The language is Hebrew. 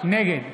נגד